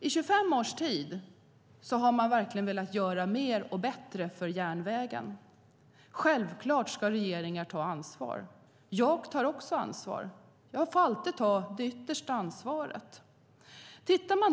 I 25 års tid har man verkligen velat göra mer för järnvägen. Självklart ska regeringar ta ansvar, och jag tar ansvar. Jag får alltid ta det yttersta ansvaret.